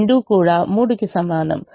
రెండు కూడా 3 కి సమానం